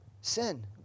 sin